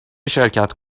شرکت